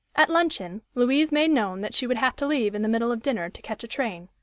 at luncheon, louise made known that she would have to leave in the middle of dinner to catch a train.